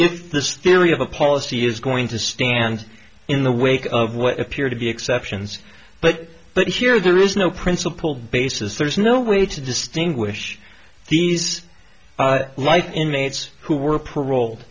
if this theory of a policy is going to stand in the wake of what appear to be exceptions but but here there is no principled basis there's no way to distinguish these like inmates who were paroled